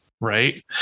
Right